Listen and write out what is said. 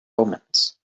omens